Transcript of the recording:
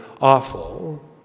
awful